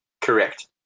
Correct